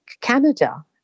Canada